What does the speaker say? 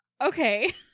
Okay